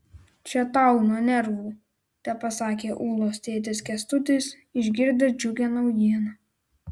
čia tau nuo nervų tepasakė ulos tėtis kęstutis išgirdęs džiugią naujieną